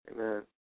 amen